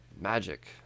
Magic